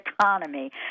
economy